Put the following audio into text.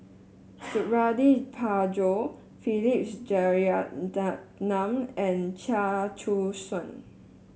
Suradi Parjo Philip Jeyaretnam and Chia Choo Suan